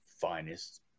finest